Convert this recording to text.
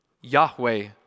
Yahweh